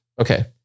Okay